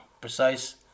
precise